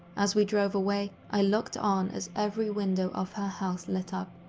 as we drove away, i looked on as every window of her house lit up,